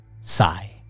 Sigh